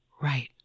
Right